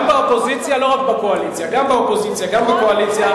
יש מפלגה שניצחה בבחירות